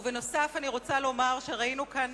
בנוסף, אני רוצה לומר שראינו כאן